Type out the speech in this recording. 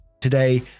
today